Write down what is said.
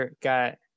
got